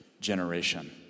generation